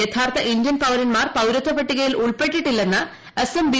യഥാർത്ഥ ഇന്ത്യൻ പൌരൻമാർ പൌരത്വപട്ടികയിൽ ഉൾപ്പെട്ടിട്ടില്ലെന്ന് അസം ബി